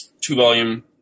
two-volume